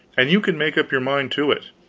and you can make up your mind to it.